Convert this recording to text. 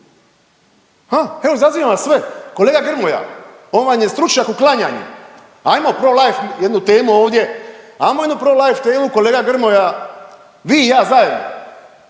Evo izazivam vas sve! Kolega Grmoja on vam je stručnjak u klanjanju. Hajmo prolife jednu temu ovdje, hajmo jednu prolife temu kolega Grmoja vi i ja zajedno,